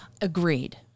Agreed